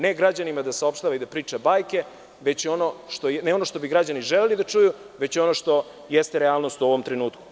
Ne građanima da saopštava i da priča bajke, ne ono što bi građani želeli da čuju, već ono što jeste realnost u ovom trenutku.